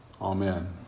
amen